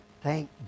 Thank